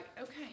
okay